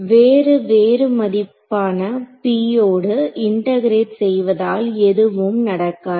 வேறு வேறு மதிப்பான p ஓடு இன்டேகரேட் செய்வதால் எதுவும் நடக்காது